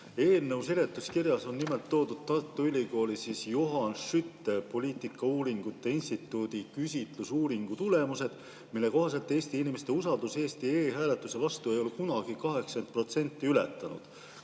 Eelnõu seletuskirjas on nimelt toodud Tartu Ülikooli Johan Skytte poliitikauuringute instituudi küsitlusuuringu tulemused, mille kohaselt ei ole Eesti inimeste usaldus[määr] Eesti e‑hääletamise vastu kunagi 80% ületanud.